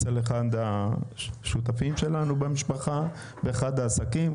אצל אחד השותפים שלנו במשפחה באחד העסקים.